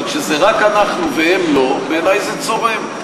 אבל כשזה רק אנחנו והם לא, בעיני זה צורם.